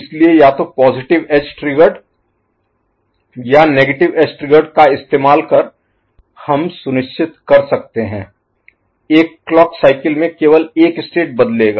इसलिए या तो पॉजिटिव एज ट्रिगर्ड या नेगेटिव एज ट्रिगर्ड का इस्तेमाल कर हम यह सुनिश्चित कर सकते हैं एक क्लॉक साइकिल में केवल एक स्टेट बदलेगा